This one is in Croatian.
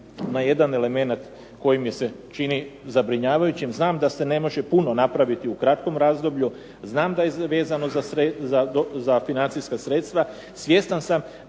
na jedan elemenat koji mi se čini zabrinjavajućim. Znam da se ne može puno napraviti u kratkom razdoblju, znam da je vezano za financijska sredstva, svjestan sam